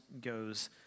goes